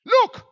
Look